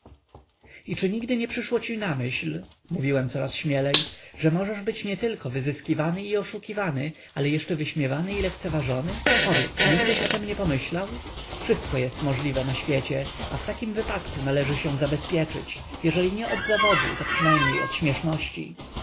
i czy nigdy nie przyszło ci na myśl mówiłem coraz śmielej że możesz być nietylko wyzyskiwany i oszukiwany ale jeszcze wyśmiewany i lekceważony powiedz nigdyś o tem nie pomyślał wszystko jest możliwe na świecie a w takim wypadku należy się zabezpieczyć jeżeli nie od zawodu to przynajmniej od